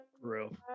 Real